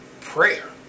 prayer